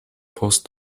post